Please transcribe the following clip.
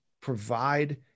provide